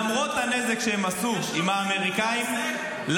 למרות הנזק שהם עשו עם האמריקאים -- יש לו קרדיט על ההישג?